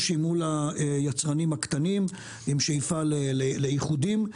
עם שאיפה לאיחודים.